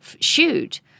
shoot